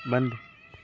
बन्द